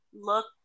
look